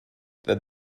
that